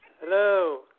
hello